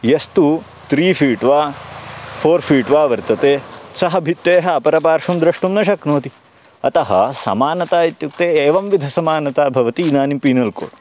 यस्तु three feet वा four feet वा वर्तते सः भित्तेः अपरपार्श्वं द्रष्टुं न शक्नोति अतः समानता इत्युक्ते एवंविध समानता भवति इदानीं पीनल् कोड्